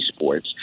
esports